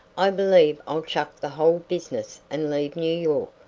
i believe i'll chuck the whole business and leave new york.